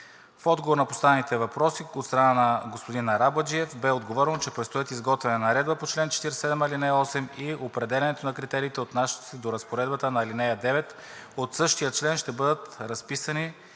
В отговор на поставените въпроси от страна на господин Арабаджиев бе отговорено, че предстои изготвяне на наредбата по чл. 47, ал. 8, а определянето на критериите, отнасящи се до разпоредбата на ал. 9 от същия член, ще бъдат разписани